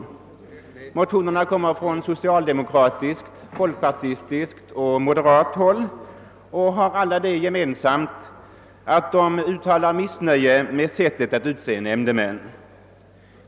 Motionerna, som kommer från socialdemokratiskt, folkpartistiskt och moderat håll, har alla det gemensamt att motionärerna uttalar missnöje med sättet att utse nämndemän.